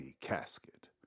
casket